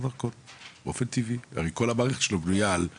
כל המערכת שלו בנויה על זה